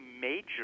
major